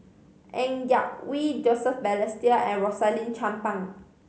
Ng Yak Whee Joseph Balestier and Rosaline Chan Pang